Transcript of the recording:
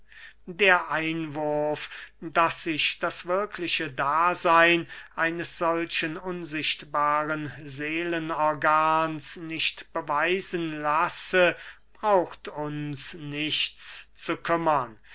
der einwurf daß sich das wirkliche daseyn eines solchen unsichtbaren seelenorgans nicht beweisen lasse braucht uns nichts zu kümmern